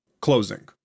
Closing